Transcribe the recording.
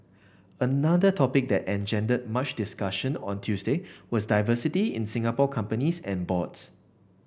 another topic that engendered much discussion on Tuesday was diversity in Singapore companies and boards